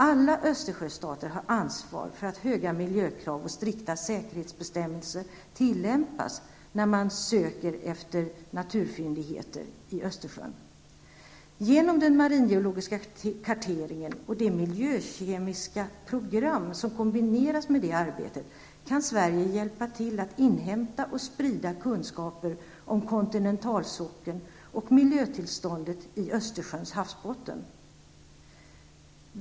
Alla Östersjöstater har ansvar för att höga miljökrav och strikta säkerhetsbestämmelser tillämpas när man söker efter naturfyndigheter i Östersjön. Genom den maringeologiska karteringen och det miljökemiska program som kombineras med det arbetet kan Sverige hjälpa till att inhämta och sprida kunskaper om kontinentalsockeln och miljötillståndet i Östersjöns havsbotten.